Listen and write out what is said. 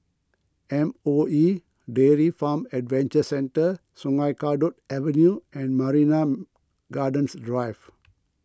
M O E Dairy Farm Adventure Centre Sungei Kadut Avenue and Marina Gardens Drive